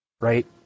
Right